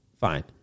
Fine